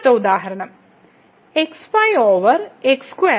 അടുത്ത ഉദാഹരണം xy over x2 y2